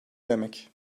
demek